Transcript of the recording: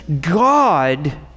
God